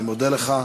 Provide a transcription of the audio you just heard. אני מודה לך.